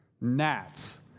Gnats